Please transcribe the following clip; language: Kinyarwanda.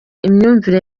imyumvire